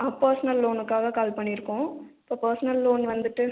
ஆ personal லோனுக்காக call பண்ணியிருக்கோம் இப்போ பெர்சனல் லோன் வந்துட்டு